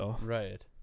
Right